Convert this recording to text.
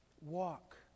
walk